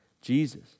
Jesus